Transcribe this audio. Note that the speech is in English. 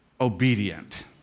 obedient